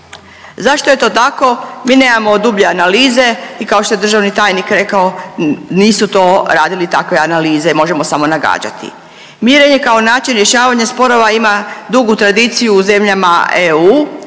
Zašto je to tako? Mi nemamo dublje analize i kao što je državni tajnik rekao, nisu to radili takve analize i možemo samo nagađati. Mirenje kao način rješavanja sporova ima drugu tradiciju u zemljama EU.